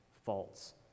false